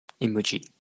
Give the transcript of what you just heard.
emoji